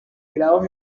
grados